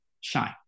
shine